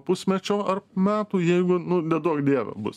pusmečio ar metų jeigu neduok dieve bus